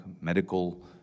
medical